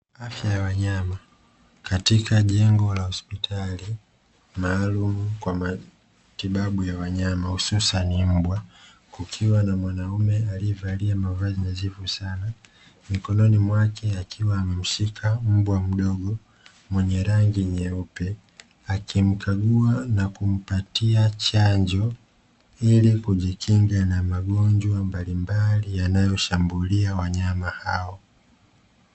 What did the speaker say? Afya ya wanyama katika jengo la hospitali maalumu kwa matibabu ya wanyama hususani mbwa, kukiwa na mwanaume aliyevalia mavazi nadhifu sana mikononi mwake akiwa amemshika mbwa mdogo mwenye rangi nyeupe akimkagua na kumpatia chanjo, ili kujikinga na magonjwa mbalimbali yanayoshambulia wanyama hao.